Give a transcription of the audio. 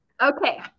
Okay